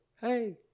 hey